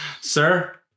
sir